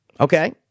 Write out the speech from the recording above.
Okay